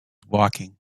walking